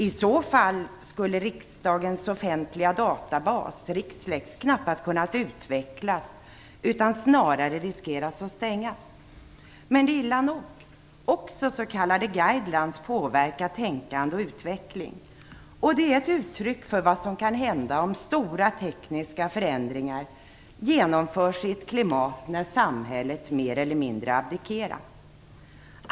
I så fall skulle riksdagens offentliga databas, Rixlex, knappast kunna utvecklas utan snarare riskera att stängas. Men det är illa nog. Även s.k. guidelines påverkar tänkande och utveckling, och det är ett uttryck för vad som kan hända om stora tekniska förändringar genomförs i ett klimat när samhället mer eller mindre har abdikerat.